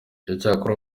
icyakora